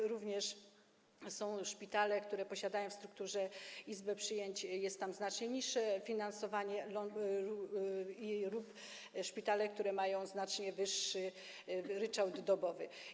Są również szpitale, które posiadają w strukturze izbę przyjęć - jest tam znacznie niższe finansowanie - i szpitale, które mają znacznie wyższy ryczałt dobowy.